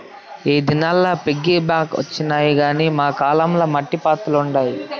ఈ దినాల్ల ఈ పిగ్గీ బాంక్ లొచ్చినాయి గానీ మా కాలం ల మట్టి పాత్రలుండాయి